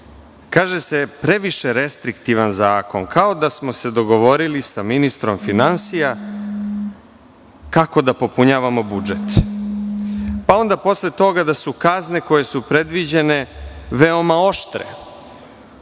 Kaže se – previše restriktivan zakon, kao da smo se dogovorili sa ministrom finansija kako da popunjavamo budžet, pa onda posle toga da su kazne koje su predviđene veoma oštre.